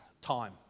time